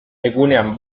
egunean